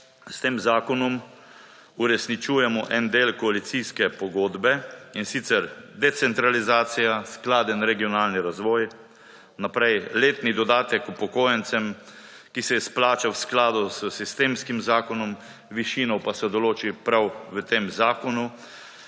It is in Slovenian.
s tem zakonom uresničujemo en del koalicijske pogodbe, in sicer decentralizacijo, skladen regionalni razvoj, letni dodatek upokojencem, ki se izplača v skladu s sistemskim zakonom, višino pa se določi prav v tem zakonu